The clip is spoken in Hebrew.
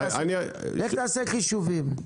לך תעשה חישובים.